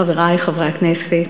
חברי חברי הכנסת,